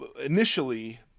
initially